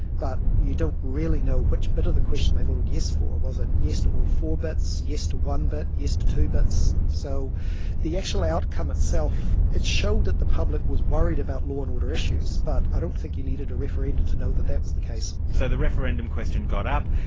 but you don't really know which bit of the question they voted yes for. was it yes to all four bits, yes to one bit, yes to two bits so the actual outcome itself, it showed that the public was worried about law and order issues, but i don't think you needed a referendum to know that that was the case. so the referendum question got up.